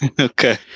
okay